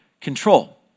control